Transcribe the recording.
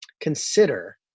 consider